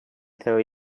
tell